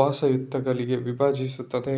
ವಸಾಹತುಗಳಾಗಿ ವಿಭಜಿಸುತ್ತದೆ